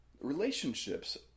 Relationships